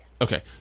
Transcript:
Okay